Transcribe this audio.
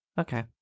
Okay